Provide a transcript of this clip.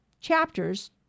chapters